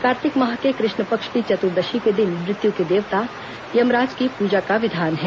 कार्तिक माह के कृष्ण पक्ष की चतुर्दशी के दिन मृत्यु के देवता यमराज की पूजा का विधान है